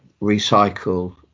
recycle